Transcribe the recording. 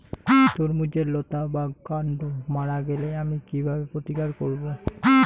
তরমুজের লতা বা কান্ড মারা গেলে আমি কীভাবে প্রতিকার করব?